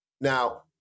Now